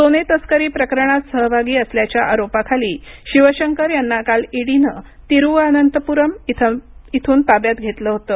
सोने तस्करी प्रकरणात सहभाग असल्याच्या आरोपाखाली शिवशंकर यांना काल ईडीनं तिरुवअनंतपूरम इथून ताब्यात घेतलं होतं